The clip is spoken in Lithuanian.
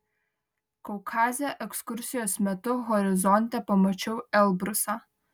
kaukaze ekskursijos metu horizonte pamačiau elbrusą